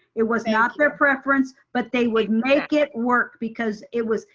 it was not their preference, but they would make it work because it was,